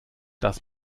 das